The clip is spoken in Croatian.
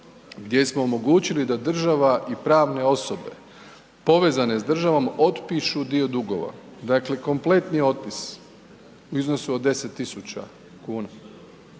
gdje smo omogućili da država i pravne osobe povezane s državom otpišu dio dugova, dakle kompletni otpis u iznosu od 10.000,00